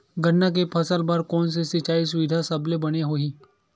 गन्ना के फसल बर कोन से सिचाई सुविधा सबले बने होही?